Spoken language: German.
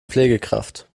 pflegekraft